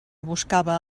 buscava